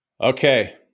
Okay